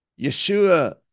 Yeshua